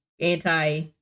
anti